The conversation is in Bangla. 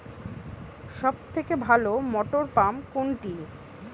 সবথেকে ভালো মটরপাম্প কোনটি?